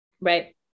Right